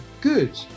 good